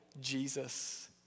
Jesus